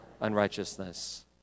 unrighteousness